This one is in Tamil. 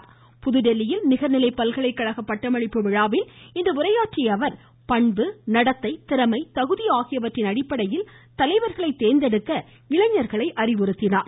புதுதில்லியில் ஜாமியா ஹாம்டாட் நிகர்நிலைப் பல்கலைக்கழக பட்டமளிப்பு விழாவில் இன்று உரையாற்றிய அவர் பண்பு நடத்தை திறமை தகுதி ஆகியவற்றின் அடிப்படையில் தலைவர்களை தேர்ந்தெடுக்க இளைஞர்களை அறிவுறுத்தினார்